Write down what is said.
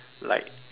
like